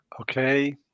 Okay